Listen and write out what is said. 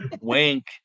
wink